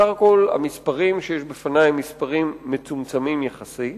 בסך הכול המספרים שיש בפני הם מספרים מצומצמים יחסית,